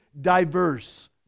diverse